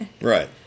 Right